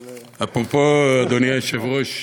אפרופו, אדוני היושב-ראש,